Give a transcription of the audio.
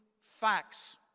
facts